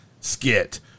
skit